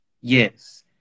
Yes